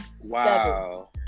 Wow